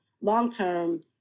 long-term